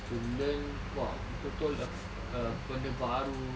to be learned !wah! betul-betul uh benda baru